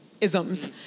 isms